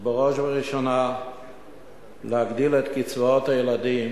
בראש ובראשונה להגדיל את קצבאות הילדים